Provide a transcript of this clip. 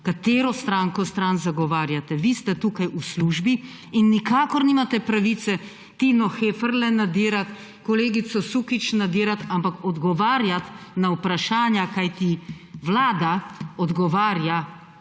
katero stranko, stran zagovarjate. Vi ste tukaj v službi in nikakor nimate pravice Tino Heferle nadirati, kolegico Sukič nadirati, ampak odgovarjati na vprašanja, kajti vlada odgovarja